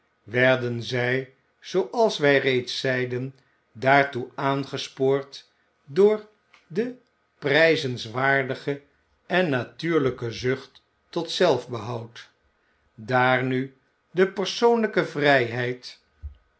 werden zij zooals wij reeds zeiden daartoe aangespoord door de prijzenswaardige en natuurlijke zucht tot zelfbehoud daar nu de persoonlijke vrijheid